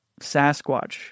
Sasquatch